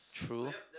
true